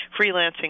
freelancing